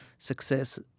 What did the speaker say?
success